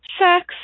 sex